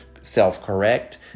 self-correct